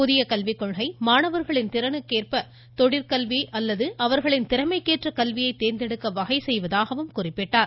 புதிய கல்விக் கொள்கை மாணவர்களின் திறனுக்கேற்ப தொழிற்கல்வி கல்வி அல்லது அவர்களின் திறமைக்கு ஏற்ற கல்வியை தேர்ந்தெடுக்க வகை செய்வதாக குறிப்பிட்டார்